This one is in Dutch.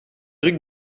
druk